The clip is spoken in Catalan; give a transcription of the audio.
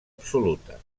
absoluta